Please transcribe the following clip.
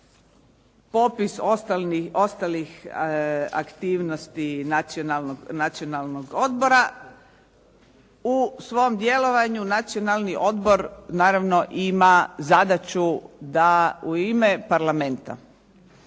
popis ostalih aktivnosti Nacionalnog odbora. U svom djelovanju Nacionalni odbor naravno ima zadaću da u ime Parlamenta